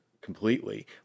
completely